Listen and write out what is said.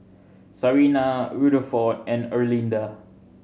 Sarina Rutherford and Erlinda